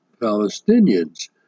Palestinians